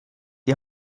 die